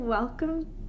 Welcome